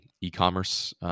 e-commerce